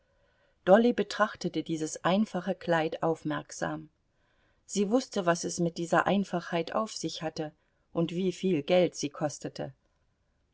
dolly betrachtete dieses einfache kleid aufmerksam sie wußte was es mit dieser einfachheit auf sich hatte und wieviel geld sie kostete